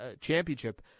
championship